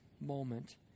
moment